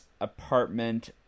apartment